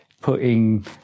putting